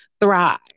thrive